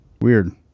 weird